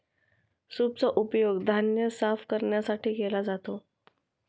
सूपचा उपयोग धान्य साफ करण्यासाठी केला जातो